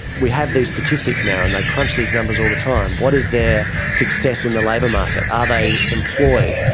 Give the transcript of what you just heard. we have these statistics now and they crunch these numbers all the time. what is their success in the labour market? are ah they employed?